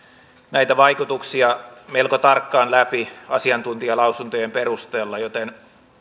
näitä vaikutuksia melko tarkkaan läpi asiantuntijalausuntojen perusteella joten